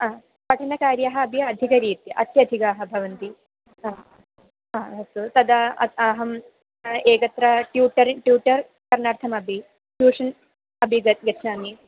हा पठनकार्यम् अपि अधिकरीत्या अत्यधिकः भवति हा हा अस्तु तदा अद् अहम् एकत्र ट्यूटर् ट्यूटर् करणार्थमपि ट्यूषन् अपि गच् गच्छामि